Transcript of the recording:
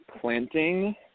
planting